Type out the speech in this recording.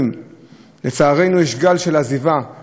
לצערנו, יש גל של עזיבה מחיפה,